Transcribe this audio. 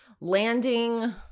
landing